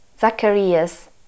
Zacharias